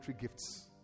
gifts